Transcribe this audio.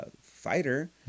fighter